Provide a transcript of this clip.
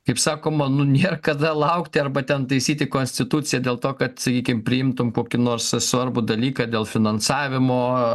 kaip sakoma nu nėr kada laukti arba ten taisyti konstituciją dėl to kad sakykime priimtum kokį nors svarbų dalyką dėl finansavimo